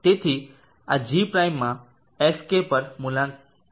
તેથી આ g prime માં xk પર મૂલ્યાંકન કર્યું